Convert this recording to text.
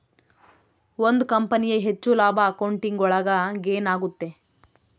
ಒಂದ್ ಕಂಪನಿಯ ಹೆಚ್ಚು ಲಾಭ ಅಕೌಂಟಿಂಗ್ ಒಳಗ ಗೇನ್ ಆಗುತ್ತೆ